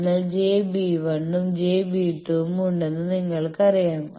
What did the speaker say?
അതിനാൽ j B1 ഉം j B2 ഉം ഉണ്ടെന്ന് നിങ്ങൾക്കറിയാം